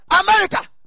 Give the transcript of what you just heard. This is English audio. America